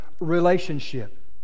relationship